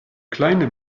kleine